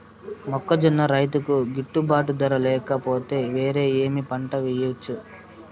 మొక్కజొన్న రైతుకు గిట్టుబాటు ధర లేక పోతే, వేరే ఏమి పంట వెయ్యొచ్చు?